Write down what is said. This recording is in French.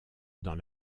dans